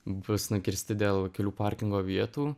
bus nukirsti dėl kelių parkingo vietų